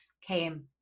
came